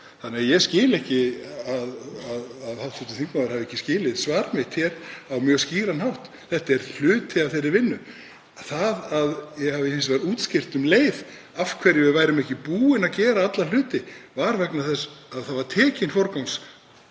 þannig að ég skil ekki að hv. þingmaður hafi ekki skilið svar mitt hér á mjög skýran hátt. Þetta er hluti af þeirri vinnu. Ég útskýrði um leið af hverju við værum ekki búin að gera alla hluti, það var vegna þess að það var tekin ákvörðun